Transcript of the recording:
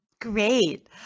great